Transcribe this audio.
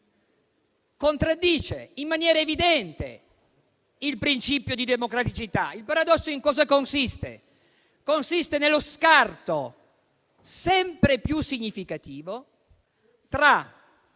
contraddice in maniera evidente il principio di democraticità. Il paradosso consiste nello scarto sempre più significativo tra